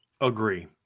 Agree